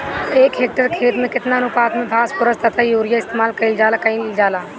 एक हेक्टयर खेत में केतना अनुपात में फासफोरस तथा यूरीया इस्तेमाल कईल जाला कईल जाला?